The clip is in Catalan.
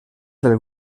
del